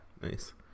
nice